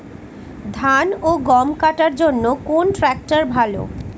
ধান ও গম কাটার জন্য কোন ট্র্যাক্টর ভালো?